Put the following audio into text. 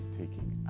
taking